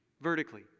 vertically